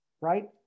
right